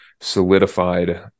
solidified